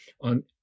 on